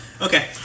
Okay